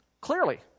Clearly